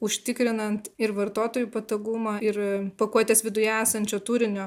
užtikrinant ir vartotojų patogumą ir pakuotės viduje esančio turinio